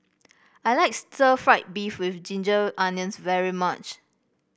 I like Stir Fried Beef with Ginger Onions very much